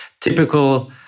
typical